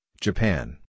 Japan